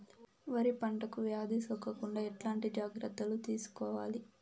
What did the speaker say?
వరి పంటకు వ్యాధి సోకకుండా ఎట్లాంటి జాగ్రత్తలు తీసుకోవాలి?